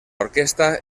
orquesta